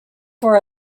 for